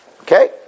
Okay